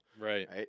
Right